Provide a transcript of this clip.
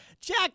Jack